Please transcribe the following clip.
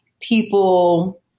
people